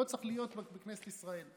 לא צריך להיות בכנסת ישראל.